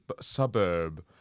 suburb